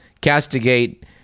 castigate